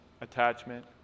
attachment